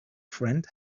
friend